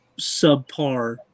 subpar